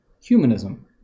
humanism